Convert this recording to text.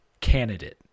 candidate